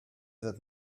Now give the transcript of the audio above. that